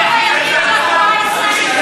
בתנועה האסלאמית,